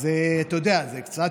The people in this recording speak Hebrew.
אז אתה יודע, זה קצת,